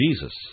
Jesus